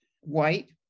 white